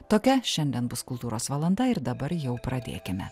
tokia šiandien bus kultūros valanda ir dabar jau pradėkime